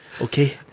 okay